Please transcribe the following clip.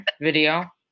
video